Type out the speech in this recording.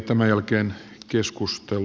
tämän jälkeen keskustelu